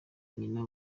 nyina